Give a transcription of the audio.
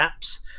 apps